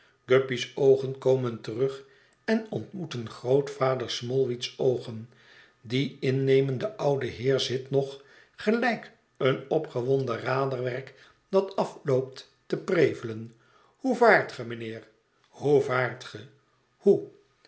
guppy's oogen komen terug en ontmoeten grootvader smallweed's oogen die innemende oude heer zit nog gelijk een opgewonden raderwerk dat afloopt te prevelen hoe vaart ge mijnheer hoe vaart ge hoe